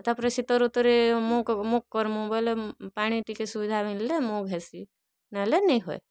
ତା'ର୍ପରେ ଶୀତ ଋତୁରେ ମୁଗ୍ କର୍ମୁ ବେଲେ ପାଣି ଟିକେ ସୁବିଧା ମିଲ୍ଲେ ମୁଗ୍ ହେସି ନେହେଲେ ନି ହୁଏ